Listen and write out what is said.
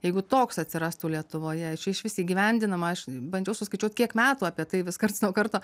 jeigu toks atsirastų lietuvoje čia išvis įgyvendinama aš bandžiau suskaičiuot kiek metų apie tai vis karts nuo karto